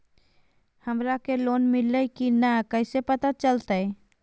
हमरा के लोन मिल्ले की न कैसे पता चलते?